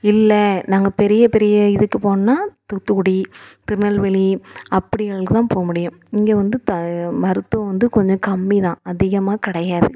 இல்லை நாங்கள் பெரிய பெரிய இதுக்கு போகணுன்னா தூத்துக்குடி திருநெல்வேலி அப்படிகளுக்கு தான் போக முடியும் இங்கே வந்து த மருத்துவம் வந்து கொஞ்சம் கம்மிதான் அதிகமாக கிடையாது